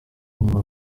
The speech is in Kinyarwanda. yumva